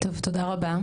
תודה רבה.